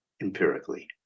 empirically